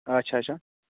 اچھا اچھا اچھا